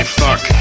fuck